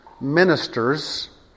ministers